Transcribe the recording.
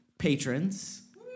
Patrons